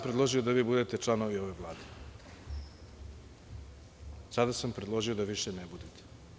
Predložio sam da vi budete članovi ove Vlade, sada sam predložio da više ne budete.